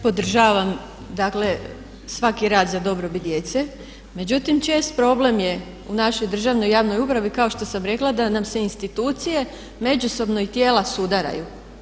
Podržavam dakle svaki rad za dobrobit djece, međutim čest problem je u našoj državnoj javnoj upravi kao što sam rekla da nam se institucije međusobno i tijela sudaraju.